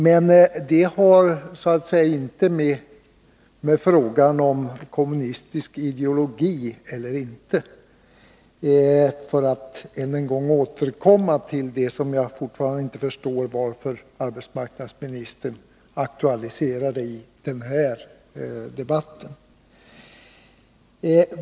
Men det har så att säga inte med frågan om kommunistisk ideologi eller inte att göra — detta sagt för att än en gång återkomma till det som jag fortfarande inte förstår anledningen till att arbetsmarknadsministern aktualiserat i denna debatt.